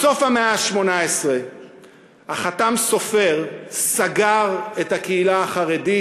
בסוף המאה ה-18 החת"ם סופר סגר את הקהילה החרדית,